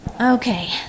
Okay